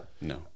No